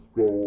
go